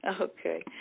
Okay